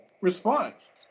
response